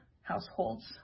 households